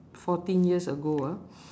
fourteen years ago ah